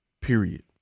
Period